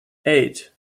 eight